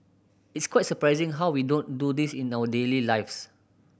it's quite surprising how we don't do this in our daily lives